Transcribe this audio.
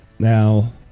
Now